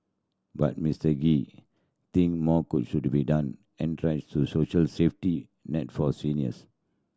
but Mister Gee think more could should be done to social safety net for seniors